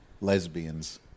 lesbians